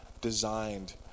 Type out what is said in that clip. designed